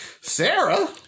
Sarah